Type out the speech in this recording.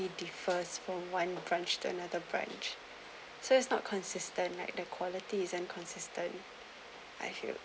tea differs from one branch to another branch so it's not consistent like the quality is inconsistent I feel